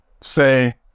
say